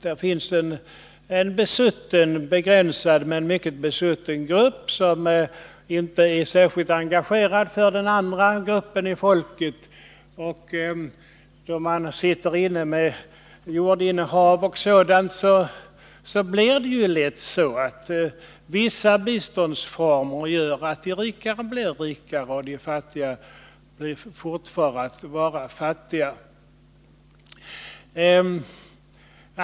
I detta finns ofta en begränsad men mycket besutten grupp som inte är särskilt engagerad i att lösa problemen för den övriga delen av befolkningen. Vissa former av bistånd gör ju att rika personer, med t.ex. jordinnehav, blir rikare medan de fattiga fortfar att vara fattiga.